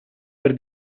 per